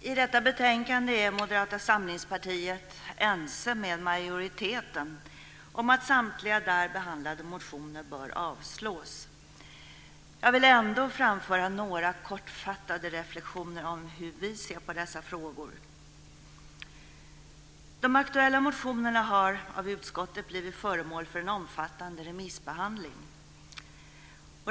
I detta betänkande är Moderata samlingspartiet ense med majoriteten om att samtliga där behandlade motioner bör avslås. Jag vill ändå framföra några kortfattade reflexioner om hur vi ser på dessa frågor. De aktuella motionerna har av utskottet blivit föremål för en omfattande remissbehandling.